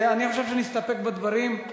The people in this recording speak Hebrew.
אני חושב שנסתפק בדברים.